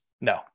no